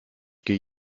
gehe